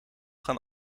gaan